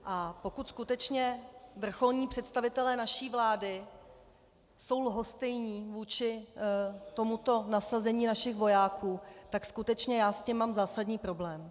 A pokud skutečně vrcholní představitelé naší vlády jsou lhostejní vůči tomuto nasazení našich vojáků, tak skutečně já s tím mám zásadní problém.